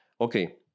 Okay